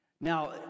Now